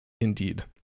Indeed